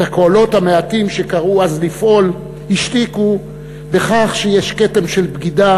את הקולות המעטים שקראו אז לפעול השתיקו בכך שיש כתם של בגידה,